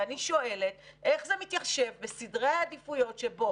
ואני שואלת: איך זה מתיישב בסדרי העדיפויות שבו